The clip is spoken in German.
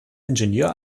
ingenieur